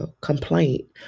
complaint